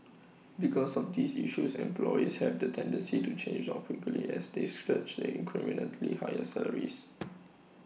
because of these issues employees have the tendency to change jobs quickly as they search the incrementally higher salaries